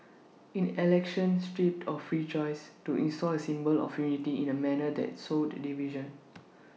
in election stripped of free choice to install A symbol of unity in A manner that sowed division